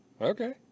Okay